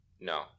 No